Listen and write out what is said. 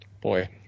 Boy